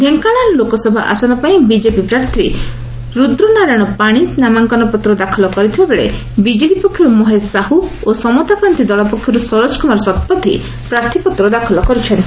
ଢେଙ୍କାନାଳ ଲୋକସଭା ଆସନ ପାଇଁ ବିଜେପି ପ୍ରାର୍ଥୀ ରୁଦ୍ରନାରାୟଣ ପାଶି ନାମାଙ୍କନପତ୍ର ଦାଖଲ କରିଥିବାବେଳେ ବିଜେଡି ପକ୍ଷରୁ ମହେଶ ସାହୁ ଓ ସମତାକ୍ରାନ୍ତ ଦଳ ପକ୍ଷରୁ ସରୋଜ କୁମାର ଶତପଥୀ ପ୍ରାର୍ଥ୍ପତ୍ର ଦାଖଲ କରିଛନ୍ତି